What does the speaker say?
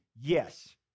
Yes